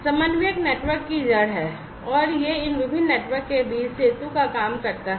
समन्वयक नेटवर्क की जड़ है और यह इन विभिन्न नेटवर्क के बीच सेतु का काम करता है